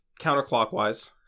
counterclockwise